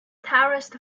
terraced